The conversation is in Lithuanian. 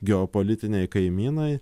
geopolitiniai kaimynai